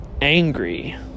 angry